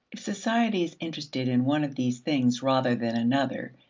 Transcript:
if society is interested in one of these things rather than another,